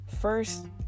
first